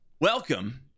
Welcome